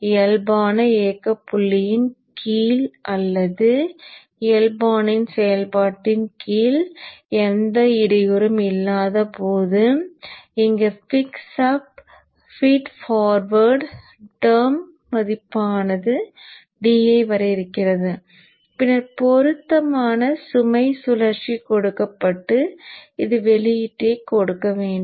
இயல்பான இயக்கப் புள்ளியின் கீழ் அல்லது இயல்பான செயல்பாட்டின் கீழ் எந்த இடையூறும் இல்லாதபோது இங்கு fix up feed forward term மதிப்பானது d ஐ வரையறுக்கிறது பின்னர் பொருத்தமான சுமை சுழற்சி கொடுக்கப்பட்டு இது வெளியீட்டைக் கொடுக்க வேண்டும்